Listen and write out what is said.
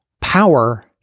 Power